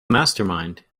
mastermind